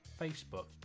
Facebook